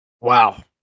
wow